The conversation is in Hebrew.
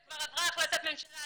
וכבר עברה החלטת ממשלה,